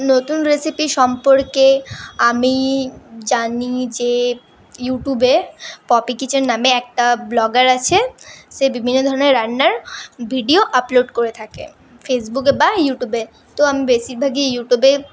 নতুন রেসিপি সম্পর্কে আমি জানি যে ইউটিউবে পপি কিচেন নামে একটা ব্লগার আছে সে বিভিন্ন ধরনের রান্নার ভিডিও আপলোড করে থাকে ফেসবুকে বা ইউটিউবে তো আমি বেশীরভাগই ইউটিউবে